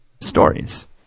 stories